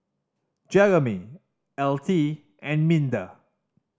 Jeromy Altie and Minda